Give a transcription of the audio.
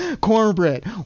Cornbread